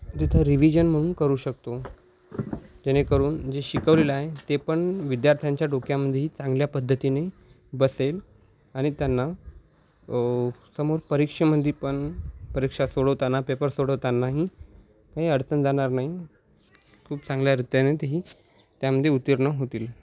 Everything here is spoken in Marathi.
तिथं रिविजन म्हणून करू शकतो जेणेकरून जे शिकवलेलं आहे ते पण विद्यार्थ्यांच्या डोक्यामध्येही चांगल्या पद्धतीने बसेल आणि त्यांना समोर परीक्षेमध्ये पण परीक्षा सोडवताना पेपर सोडवतानाही काही अडचण जाणार नाही खूप चांगल्यारीतीनेही त्यामध्ये उतीर्ण होतील